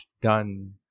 done